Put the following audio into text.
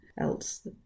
else